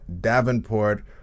davenport